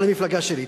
אבל היא מפלגה שלי,